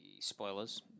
spoilers –